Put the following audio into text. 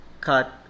cut